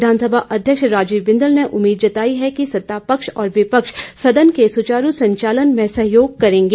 विधानसभा अध्यक्ष राजीव बिंदल ने उम्मीद जताई कि सत्ता पक्ष और विपक्ष सदन के सुचारू संचालन में सहयोग करेंगे